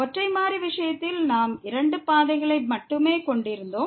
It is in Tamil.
ஒற்றை மாறி விஷயத்தில் நாம் இரண்டு பாதைகளை மட்டுமே கொண்டிருந்தோம்